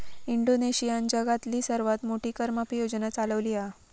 इंडोनेशियानं जगातली सर्वात मोठी कर माफी योजना चालवली हा